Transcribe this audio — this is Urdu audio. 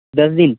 دس دن